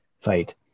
fight